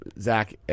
Zach